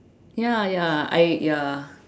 ya ya I ya